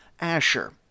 Asher